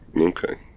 Okay